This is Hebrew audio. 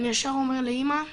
אני ישר אומר לאמא,